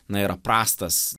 na yra prastas